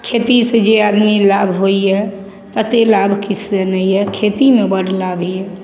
खेती से जे आदमी लाभ होइए ततेक लाभ किछु से नहि यऽ खेतीमे बड्ड लाभ यऽ